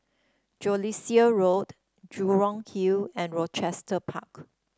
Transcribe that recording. Jellicoe Road Jurong Hill and Rochester Park